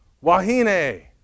wahine